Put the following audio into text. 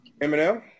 Eminem